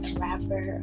rapper